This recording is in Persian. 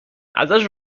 ازش